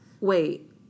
wait